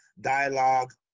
dialogue